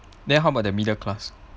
then how about the middle class